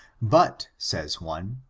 but, says one,